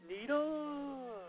Needle